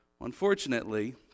Unfortunately